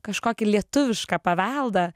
kažkokį lietuvišką paveldą